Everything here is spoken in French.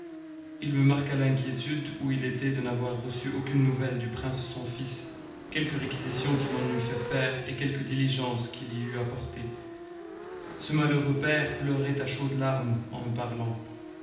il me marqua l'inquiétude où il était de n'avoir reçu aucune nouvelle du prince son fils quelques perquisitions qu'il en eût fait faire et quelque diligence qu'il y eût apportée ce malheureux père pleurait à chaudes larmes en me parlant